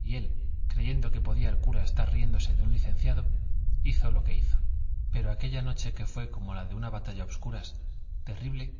y él creyendo que podía el cura estar riéndose de un licenciado hizo lo que hizo pero aquella noche que fue como la de una batalla a obscuras terrible